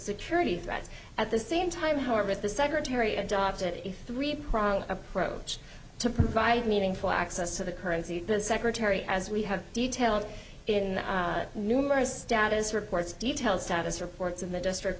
security threats at the same time however if the secretary adopted a three pronged approach to provide meaningful access to the currency the secretary as we have detailed in numerous status reports detail status reports in the district